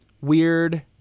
weird